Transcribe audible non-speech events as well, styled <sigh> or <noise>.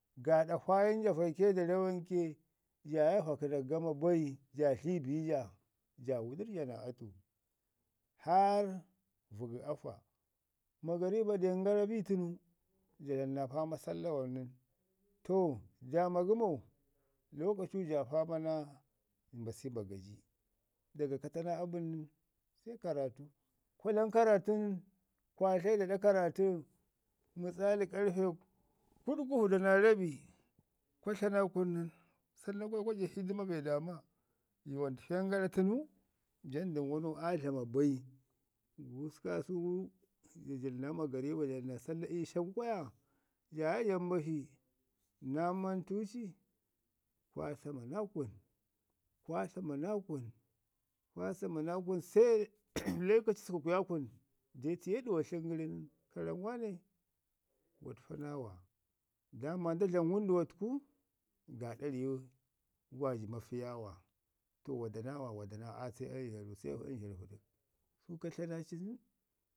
gaaɗa faayin ja vaike da rawanke. Jaa ye vakənak gama bai, ja dli biya, ja wəjirr ja naa atu hara vəgi afa. Magariba dan gaara bi tənu, jo dlam naa pama salla wan nəm, to ja ma gəmo? Lokacu ja pana naa mbasu i bagaji. Daga ra to naa abən sai karratu, kwa dlam karratu nən, kwa tlayi da ɗa karratu misali karrfe kuɗkufda naa rabi, kwotla naa kun nən sannan kwa jəbi hidima be daama Yuwan təfen gara tənu, jandin waanau aa dlama bai. Gususk kaasuy gu, ja dlami naa salla magariba, ja dlamu naa salla ii sham kulaya, jaa ya ja mbashi naa mantuci, kwa sannanaa kun, kwa samana kun, kwa samanaa kun se lokaci <noise> sukwəkwyaa kun de tiye ɗuwatlən gəri nən, ka rami "waane, wo təfa naawa, daaman nda dlamu wənduwa tən gaaɗa riwu wa ji mafiyaa wo", to wada naama, wada naawa at se anzharu pəɓək. Su ka tla naa ci nən,